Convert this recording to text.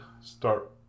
start